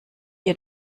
ihr